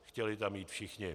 Chtěli tam jít všichni.